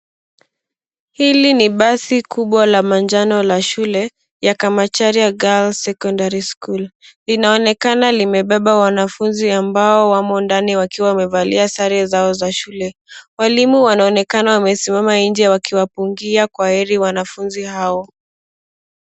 Hili ni basi kubwa la manjano la shule ya Kamacharia Girls Secondary School. Linaonekana limebeba wanafunzi ambao wamo ndani wakiwa wamevalia sare zao za shule. Walimu wanaonekana wamesimama nje wakiwapungia kwaheri wanafunzi hao.